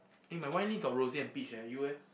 eh my wine only got rose and peach leh you eh